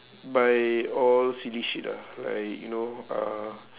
buy all silly shit ah like you know uh